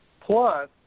Plus